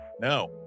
No